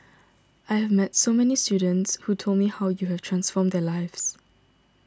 I have met so many students who told me how you have transformed their lives